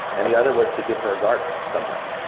and the other was to give her a garden somewhere,